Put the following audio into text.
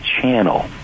channel